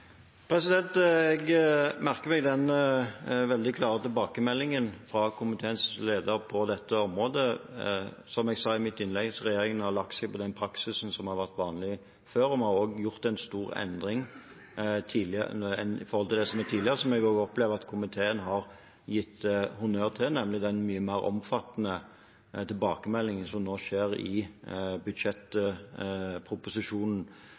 Jeg merker meg den veldig klare tilbakemeldingen fra komiteens leder på dette området. Som jeg sa i mitt innlegg, har regjeringen lagt seg på den praksisen som har vært vanlig før om årene. Vi har også gjort en stor endring i forhold til det som har vært tidligere, og som jeg også opplever at komiteen har gitt oss honnør for, nemlig den mye mer omfattende tilbakemeldingen som nå skjer i budsjettproposisjonen,